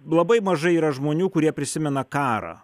labai mažai yra žmonių kurie prisimena karą